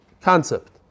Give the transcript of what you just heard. concept